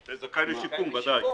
בוודאי,